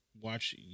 Watch